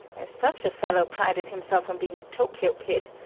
if such a fellow prided himself on being a tokyo kid,